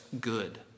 good